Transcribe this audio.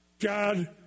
God